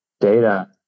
data